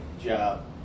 job